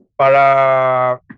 para